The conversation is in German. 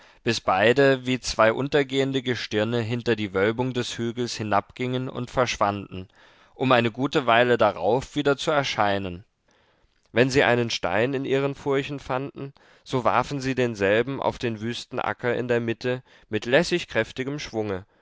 bis beide wie zwei untergehende gestirne hinter die wölbung des hügels hinabgingen und verschwanden um eine gute weile darauf wieder zu erscheinen wenn sie einen stein in ihren furchen fanden so warfen sie denselben auf den wüsten acker in der mitte mit lässig kräftigem schwunge